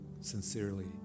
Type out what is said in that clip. sincerely